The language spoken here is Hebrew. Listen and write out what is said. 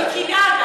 מקנאה.